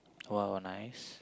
!wow! nice